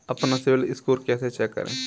अपना CIBIL score कैसे check करें?